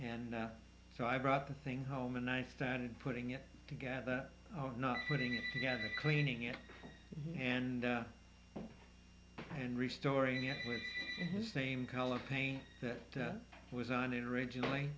and so i brought the thing home and i started putting it together oh not putting it together cleaning it and and restoring it same color paint that was on it originally